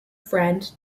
friend